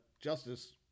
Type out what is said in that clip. Justice